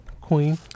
queen